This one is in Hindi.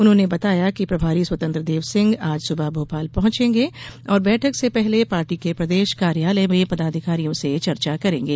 उन्होंने बताया कि प्रभारी स्वतंत्रदेव सिंह आज सुबह भोपाल पहुंचेगे और बैठक से पहले पार्टी के प्रदेश कार्यालय में पदाधिकारियों से चर्चा करेंगे